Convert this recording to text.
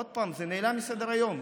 עוד פעם, זה נעלם מסדר-היום.